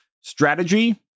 strategy